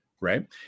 Right